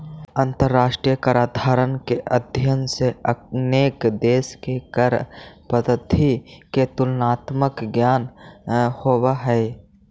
अंतरराष्ट्रीय कराधान के अध्ययन से अनेक देश के कर पद्धति के तुलनात्मक ज्ञान होवऽ हई